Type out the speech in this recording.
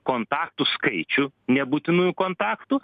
kontaktų skaičių nebūtinų kontaktų